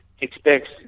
expects